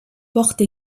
porte